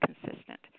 consistent